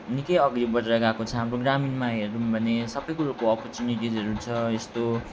निकै अघि बढेर गएको छ हाम्रो ग्रमीणमा हेरौँ भने सबै कुरोको अपर्चुनिटिजहरू छ यस्तो